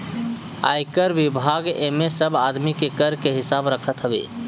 आयकर विभाग एमे सब आदमी के कर के हिसाब रखत हवे